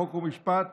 חוק ומשפט